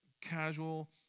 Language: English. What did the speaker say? casual